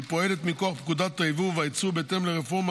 והיא פועלת מכוח פקודת היבוא והיצוא בהתאם לרפורמה